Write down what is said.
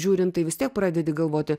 žiūrint tai vis tiek pradedi galvoti